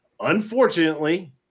Unfortunately